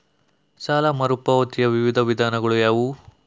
ಸಾಲ ಮರುಪಾವತಿಯ ವಿವಿಧ ವಿಧಾನಗಳು ಯಾವುವು?